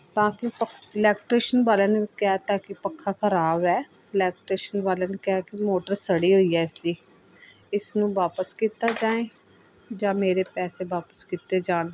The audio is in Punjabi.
ਤਾਂ ਕਿ ਇਲੈਕਟ੍ਰੀਸ਼ਨ ਵਾਲਿਆਂ ਨੇ ਵੀ ਕਹਿ ਦਿੱਤਾ ਕਿ ਪੱਖਾ ਖਰਾਬ ਹੈ ਇਲੈਕਟ੍ਰੀਸ਼ਨ ਵਾਲਿਆਂ ਨੇ ਕਿਹਾ ਕਿ ਮੋਟਰ ਸੜੀ ਹੋਈ ਹੈ ਇਸਦੀ ਇਸਨੂੰ ਵਾਪਸ ਕੀਤਾ ਜਾਏ ਜਾਂ ਮੇਰੇ ਪੈਸੇ ਵਾਪਸ ਕੀਤੇ ਜਾਣ